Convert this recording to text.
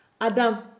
Adam